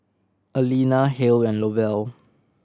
Alena Hale and Lovell